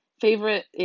favorite